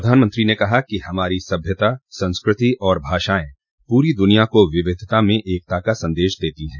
प्रधानमंत्री ने कहा कि हमारी सभ्यता संस्कृति और भाषाएं पूरी दुनिया को विविधता में एकता का संदेश देती हैं